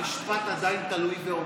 המשפט עדיין תלוי ועומד.